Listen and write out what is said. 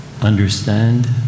understand